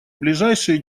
ближайшие